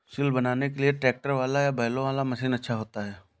सिल बनाने के लिए ट्रैक्टर वाला या बैलों वाला मशीन अच्छा होता है?